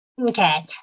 Okay